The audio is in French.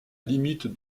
limite